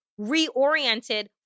reoriented